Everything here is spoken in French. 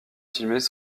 estimés